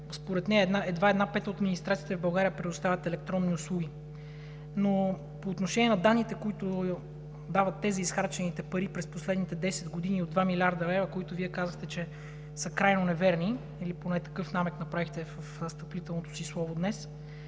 Според нея едва една пета от администрациите в България предоставят електронни услуги, но по отношение на данните, които дават тези – изхарчените пари, през последните десет години, от 2 млрд. лв., които Вие казвате, че са крайно неверни или поне такъв намек направихте във встъпителното си слово днес,